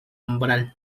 umbral